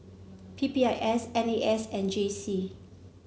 P P I S N A S and J C